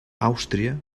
àustria